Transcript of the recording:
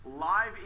Live